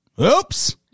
Oops